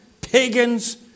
pagans